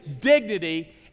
dignity